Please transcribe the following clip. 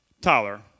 Tyler